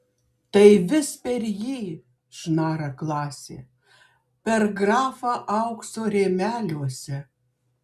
tai vis per jį šnara klasė per grafą aukso rėmeliuose